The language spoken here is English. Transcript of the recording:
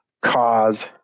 cause